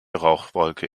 rauchwolke